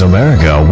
America